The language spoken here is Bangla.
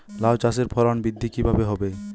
লাউ চাষের ফলন বৃদ্ধি কিভাবে হবে?